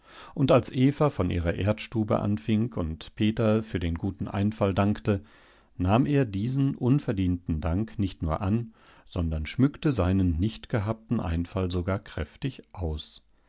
und als eva von ihrer erdstube anfing und peter für den guten einfall dankte nahm er diesen unverdienten dank nicht nur an sondern schmückte seinen nicht gehabten einfall sogar kräftig aus